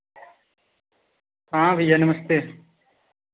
हाँ भैया नमस्ते